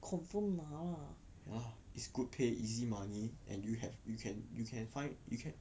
ya is good pay easy money and you have you can you can find you can